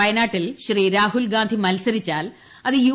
വയനാട്ടിൽ രാഹുൽഗാന്ധി മത്സരിച്ചാൽ അത് യു